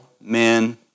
men